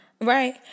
right